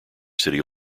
city